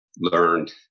learned